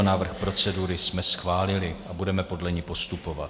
Návrh procedury jsme schválili a budeme podle ní postupovat.